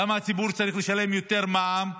למה הציבור צריך לשלם יותר מע"מ,